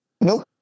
Nope